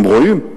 הם רואים,